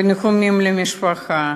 וניחומים למשפחה,